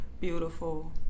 beautiful